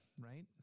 right